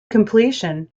completion